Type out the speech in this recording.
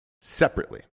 separately